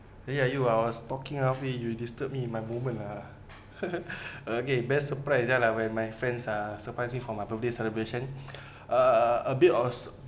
ya you ah I was talking halfway you disturb me my moment ah okay best surprise that when my friends uh surprise for my birthday celebration uh a bit was